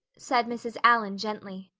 said mrs. allan gently.